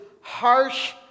harsh